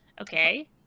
Okay